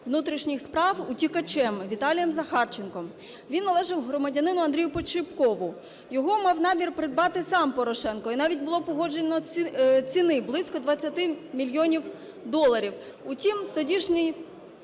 внутрішніх справ утікачем Віталієм Захарченком. Він належав громадянину Андрію Подщипкову. Його мав намір придбати сам Порошенко, і навіть було погоджено ціну: близько двадцяти мільйонів доларів. Утім тодішній